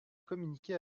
communiquer